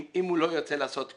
אם הוא לא ירצה לעשות כלום.